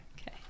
Okay